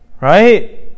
Right